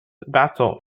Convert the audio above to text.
basalt